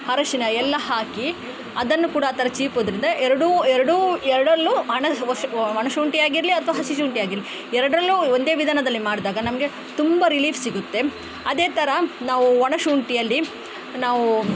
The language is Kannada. ಅರಶಿನ ಎಲ್ಲ ಹಾಕಿ ಅದನ್ನು ಕೂಡ ಆ ಥರ ಚೀಪೋದರಿಂದ ಎರಡೂ ಎರಡೂ ಎರಡರಲ್ಲೂ ಹಣ ಒಣಶುಂಠಿಯಾಗಿರಲಿ ಅಥವಾ ಹಸಿಶುಂಠಿಯಾಗಿರಲಿ ಎರಡರಲ್ಲೂ ಒಂದೇ ವಿಧಾನದಲ್ಲಿ ಮಾಡಿದಾಗ ನಮಗೆ ತುಂಬ ರಿಲೀಫ್ ಸಿಗುತ್ತೆ ಅದೇ ಥರ ನಾವು ಒಣಶುಂಠಿಯಲ್ಲಿ ನಾವು